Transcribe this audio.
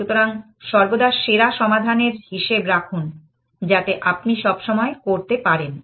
সুতরাং সর্বদা সেরা সমাধান এর হিসেব রাখুন যাতে আপনি সবসময় করতে পারেন